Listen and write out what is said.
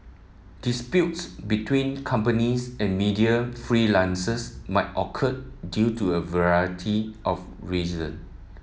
disputes between companies and media freelancers might occur due to a variety of reason